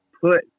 put